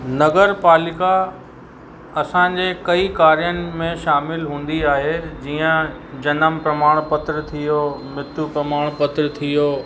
नगर पालिका असांजे कई कार्यनि में शामिल हूंदी आहे जीअं जनम प्रमाण पत्र थी वियो मृत्यू प्रमाण पत्र थी वियो